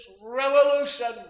revolution